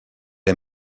est